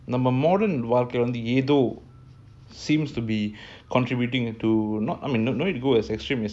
our modern living in this world seems to be contributing to ya I mean no need to go as extreme as suicide but just like um depression